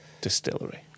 distillery